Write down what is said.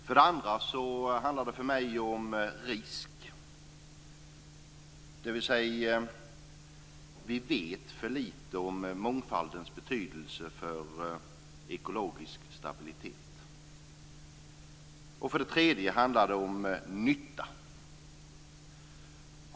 För det andra handlar det för mig om risk, dvs. vi vet för lite om mångfaldens betydelse för ekologisk stabilitet. För det tredje handlar det om nytta.